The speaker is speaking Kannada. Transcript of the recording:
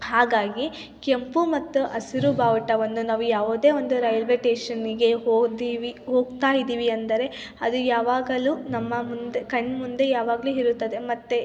ಹಾಗಾಗಿ ಕೆಂಪು ಮತ್ತು ಹಸಿರು ಬಾವುಟವನ್ನು ನಾವು ಯಾವುದೇ ಒಂದು ರೈಲ್ವೇ ಸ್ಟೇಷನ್ನಿಗೆ ಹೋದೀವಿ ಹೋಗ್ತಾ ಇದ್ದೀವಿ ಅಂದರೆ ಅದು ಯಾವಾಗಲೂ ನಮ್ಮ ಮುಂದೆ ಕಣ್ಣ ಮುಂದೆ ಯಾವಾಗಲೂ ಇರುತ್ತದೆ ಮತ್ತು